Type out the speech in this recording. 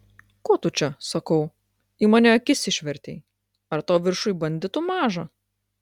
ko tu čia sakau į mane akis išvertei ar tau viršuj banditų maža